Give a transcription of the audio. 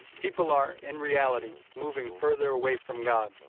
people are, in reality, moving further away from god,